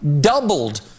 doubled